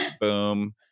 Boom